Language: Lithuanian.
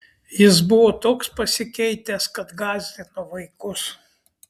jis buvo toks pasikeitęs kad gąsdino vaikus